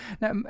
Now